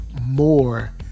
more